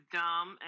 dumb